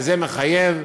וזה מחייב,